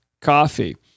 coffee